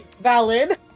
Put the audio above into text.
Valid